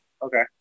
Okay